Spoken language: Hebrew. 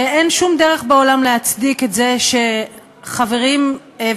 שאין שום דרך בעולם להצדיק את זה שחברים וחברות